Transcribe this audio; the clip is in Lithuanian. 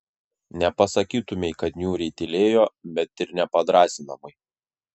nepasakytumei kad niūriai tylėjo bet ir ne padrąsinamai